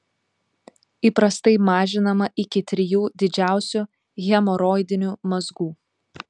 įprastai mažinama iki trijų didžiausių hemoroidinių mazgų